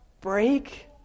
break